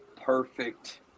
perfect